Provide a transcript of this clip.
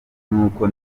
nuko